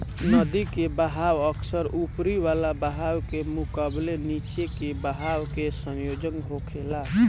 नदी के बहाव अक्सर ऊपर वाला बहाव के मुकाबले नीचे के बहाव के संयोजन होखेला